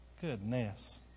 Goodness